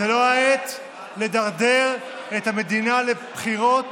זו לא העת לדרדר את המדינה לבחירות